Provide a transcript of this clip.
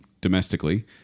domestically